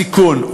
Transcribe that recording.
סיכון,